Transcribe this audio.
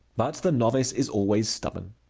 but the novice is always stubborn.